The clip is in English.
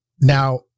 Now